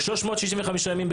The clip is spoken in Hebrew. לעשות את זה 365 ימים בשנה.